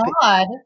God